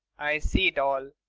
i see it all.